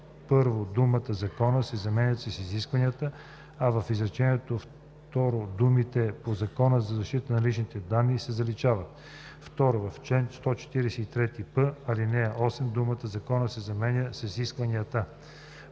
първо думата „Закона“ се заменя с „изискванията“, а в изречение второ думите „по Закона за защита на личните данни“ се заличават. 2. В чл. 143п, ал. 8 думата „Закона“ се заменя с „изискванията“.